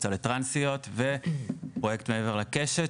קבוצה לטרנסיות וקבוצה שנקראת "מעבר לקשת",